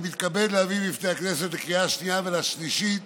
אני מתכבד להביא בפני הכנסת לקריאה השנייה ולקריאה השלישית